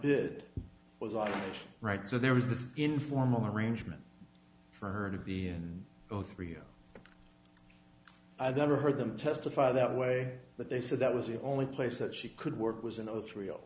did was all right so there was this informal arrangement for her to be zero three zero i've never heard them testify that way but they said that was the only place that she could work was in it with real